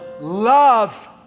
love